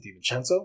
DiVincenzo